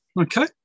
Okay